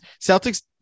Celtics